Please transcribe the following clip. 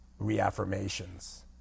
reaffirmations